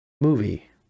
movie